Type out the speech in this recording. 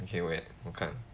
okay wait 我看